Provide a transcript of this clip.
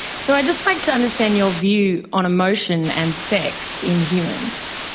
so i'd just like to understand your view on emotion and sex in humans.